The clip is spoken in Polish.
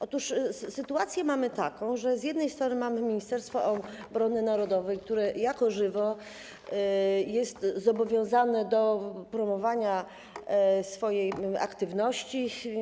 Otóż mamy taką sytuację, że z jednej strony mamy Ministerstwo Obrony Narodowej, które jako żywo jest zobowiązane do promowania swojej aktywności.